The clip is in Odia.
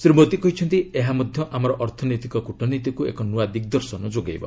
ଶ୍ରୀ ମୋଦୀ କହିଛନ୍ତି ଏହା ମଧ୍ୟ ଆମର ଅର୍ଥନୈତିକ କୂଟନୀତିକୁ ଏକ ନୂଆ ଦିଗ୍ଦର୍ଶନ ଯୋଗାଇବ